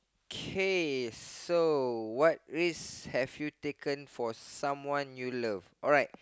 okay so what race have you taken for someone you love alright